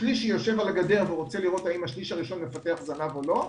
השליש שיושב על הגדר ורוצה לראות האם השליש הראשון מפתח זנב או לא,